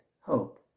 hope